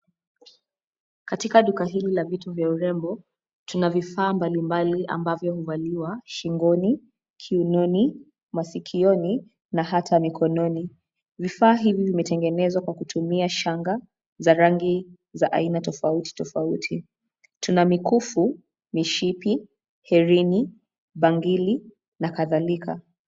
Katika duka hili la vitu vya urembo tuna vifaa mbalimbali ambavyo huvaliwa shingoni, kiunoni, masikioni na hata mikononi. Vifaa hivi vimetengenezwa kwa kutumia shanga za rangi za aina tofauti, tofauti. Tuna mikufu, mishipi, herini, bangili na kadhalika.